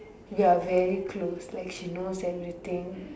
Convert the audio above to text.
we're very close like she knows everything